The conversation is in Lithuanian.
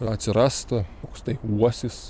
atsirast koks tai uosis